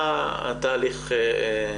מה התהליך?